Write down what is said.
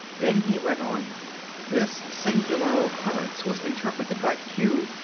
then he went on this singular occurrence was interpreted by q,